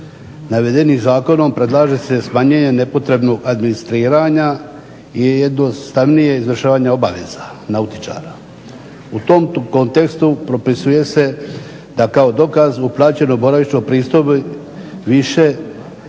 Navedenim zakonom predlaže se smanjenje nepotrebnog administriranja i jednostavnije izvršavanje obaveza nautičara. U tom kontekstu propisuje se da kao dokaz uplaćenoj boravišnoj pristojbi više